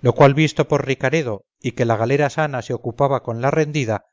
lo cual visto por ricaredo y que la galera sana se ocupaba con la rendida